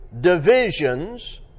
divisions